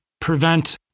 prevent